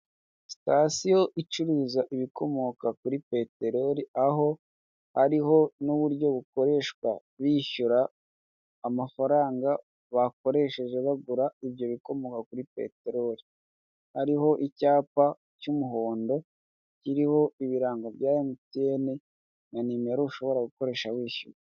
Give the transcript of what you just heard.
Sitasiyo icuruza ibikomoka kuri peterori, aho hariho n'uburyo bukoreshwa bishyura amafaranga bakoresheje bagura ibyo bikomoka kuri peterori, hariho icyapa cy'umuhondo, kiriho ibirango bya MTN, na nimero ushobora gukoresha wishyura.